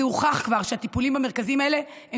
זה הוכח כבר שהטיפולים במרכזים האלה הם